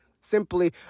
Simply